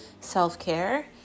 self-care